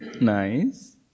Nice